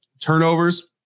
turnovers